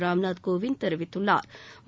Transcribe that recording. ராம்நாத் கோவிந்த் தெரிவித்துள்ளாா்